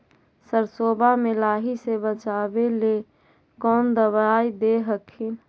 सरसोबा मे लाहि से बाचबे ले कौन दबइया दे हखिन?